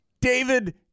David